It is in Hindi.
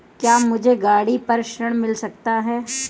क्या मुझे गाड़ी पर ऋण मिल सकता है?